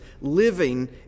living